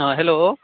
hello